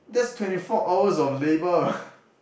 that's twenty four hours of labor